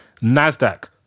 NASDAQ